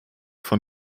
von